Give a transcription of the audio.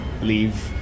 Leave